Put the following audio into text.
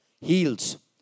heals